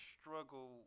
struggle